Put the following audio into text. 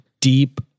deep